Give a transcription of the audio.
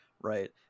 Right